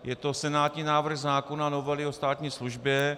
Je to senátní návrh zákona novely o státní službě.